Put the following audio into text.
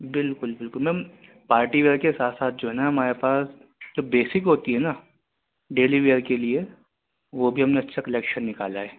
بالکل بالکل ma'am party wear کے ساتھ ساتھ جو ہے نا ہمارے پاس جو بیسک ہوتی ہے نا ڈیلی ویئر کے لیے وہ بھی ہم نے اچّھا کلیکشن نکالا ہے